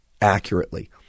accurately